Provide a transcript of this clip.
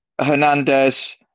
Hernandez